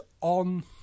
on